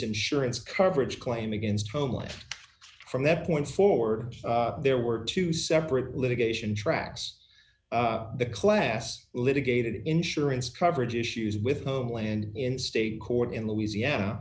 insurance coverage claim against home life from that point forward there were two separate litigation tracks the class litigated insurance coverage issues with homeland in state court in louisiana